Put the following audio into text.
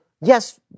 Yes